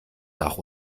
nach